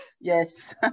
yes